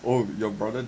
oh your brother